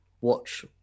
watch